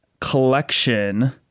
collection